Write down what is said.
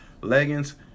Leggings